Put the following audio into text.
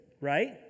right